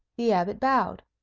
the abbot bowed.